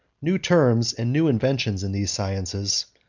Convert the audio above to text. new terms and new inventions in these sciences,